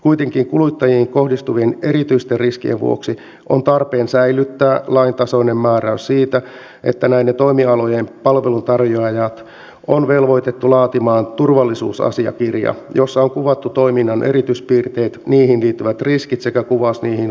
kuitenkin kuluttajiin kohdistuvien erityisten riskien vuoksi on tarpeen säilyttää laintasoinen määräys siitä että näiden toimialojen palveluntarjoajat on velvoitettu laatimaan turvallisuusasiakirja jossa on kuvattu toiminnan erityispiirteet niihin liittyvät riskit sekä kuvaus niihin varautumisesta